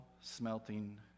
smelting